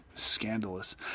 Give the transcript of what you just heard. Scandalous